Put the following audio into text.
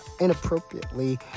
inappropriately